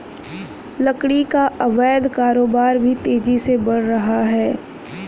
लकड़ी का अवैध कारोबार भी तेजी से बढ़ रहा है